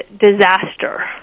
disaster